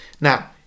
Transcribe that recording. now